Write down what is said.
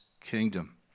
kingdom